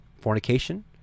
Fornication